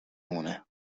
مونه